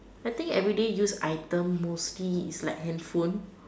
I think every day used item is mostly like handphone